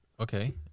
Okay